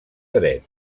dret